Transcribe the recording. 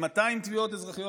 עם 200 תביעות אזרחיות,